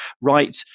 right